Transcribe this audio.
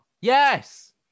Yes